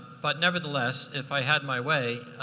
but nevertheless, if i had my way,